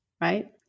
right